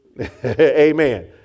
Amen